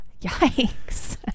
Yikes